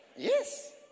Yes